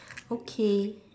okay